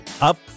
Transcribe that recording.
Up